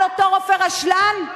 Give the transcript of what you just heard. על אותו רופא רשלן?